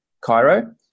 Cairo